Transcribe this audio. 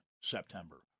September